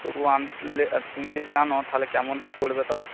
তবুও আমি কিনলে তুমি যদি আনো তাহলে কেমন কী পড়বে তাও